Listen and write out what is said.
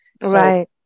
Right